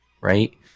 right